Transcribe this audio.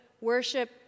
worship